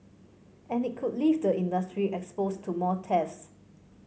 and it could leave the industry exposed to more thefts